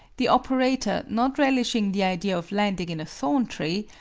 the operator, not relishing the idea of landing in a thorn-tree,